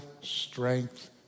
strength